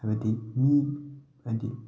ꯍꯥꯏꯕꯗꯤ ꯃꯤ ꯍꯥꯏꯗꯤ